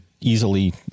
easily